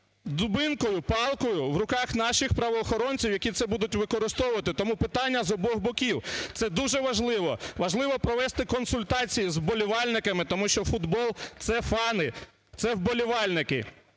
дубинкою, палкою в руках наших правоохоронців, які це будуть використовувати. Тому питання з обох боків, це дуже важливо, важливо провести консультації з вболівальниками, тому що футбол – це фани, це вболівальники.